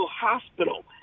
hospital